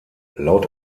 laut